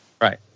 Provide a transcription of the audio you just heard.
Right